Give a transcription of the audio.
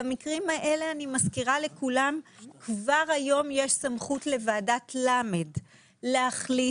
במקרים האלה אני מזכירה לכולם כבר היום יש סמכות לוועדת ל' להחליט,